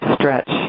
stretch